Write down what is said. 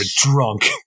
drunk